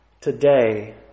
today